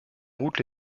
déroute